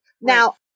now